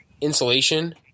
insulation